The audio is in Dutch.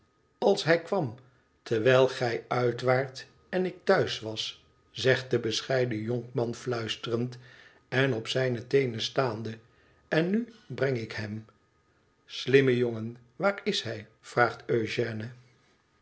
als hij kwam terwijl gij uit waart en ik thuis was zegt de bescheiden jonkman fluisterend en op zijne teenen staande en nu breng ik hem slimme jongen waar is hij vraagt eugène